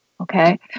Okay